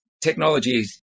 Technology